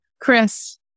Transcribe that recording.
Chris